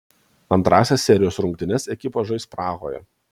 antrąsias serijos rungtynes ekipos žais prahoje